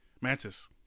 Mantis